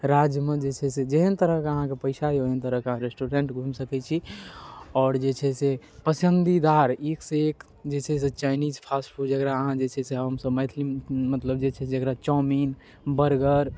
राज्यमे जे छै से जेहन तरहके अहाँके पइसा अइ ओहन तरहके रेस्टोरेन्ट घुमि सकै छी आओर जे छै से पसन्दीदार एकसँ एक जे छै से जे चाइनीज फास्ट फूड जकरा अहाँ जे छै हमसभ मैथिलीमे मतलब जे छै से जकरा चाउमिन बर्गर